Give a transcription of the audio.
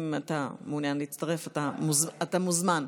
אם אתה מעוניין להצטרף, אתה מוזמן.